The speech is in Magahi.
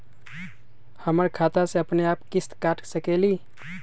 हमर खाता से अपनेआप किस्त काट सकेली?